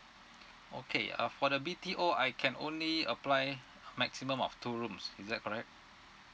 okay uh for the B_T_O I can only apply maximum of two rooms is that correct